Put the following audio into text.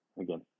again